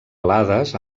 alades